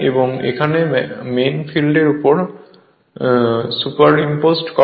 এবং এখানে মেইন ফিল্ডের উপরে সুপারইম্পোজড করে